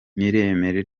n’ireme